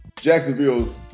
Jacksonville's